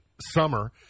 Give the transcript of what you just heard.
summer